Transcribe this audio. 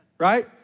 right